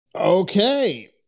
Okay